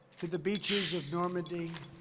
to the beaches of normandy,